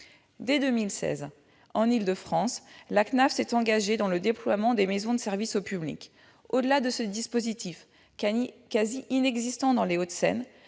Dès 2016, en Île-de-France, la CNAV s'est engagée dans le déploiement des maisons de services au public. Au-delà de ce dispositif, quasi inexistant dans les Hauts-de-Seine,